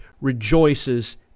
rejoices